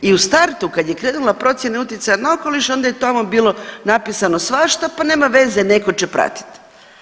I u startu kada je krenula procjena utjecaja na okoliš, onda je tamo bilo napisano svašta, pa nema veze netko će pratiti.